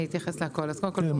אני אתייחס לכל.